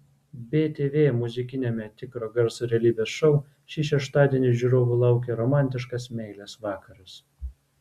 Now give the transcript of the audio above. btv muzikiniame tikro garso realybės šou šį šeštadienį žiūrovų laukia romantiškas meilės vakaras